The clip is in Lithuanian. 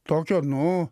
tokio nu